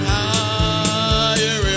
higher